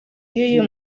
y’uyu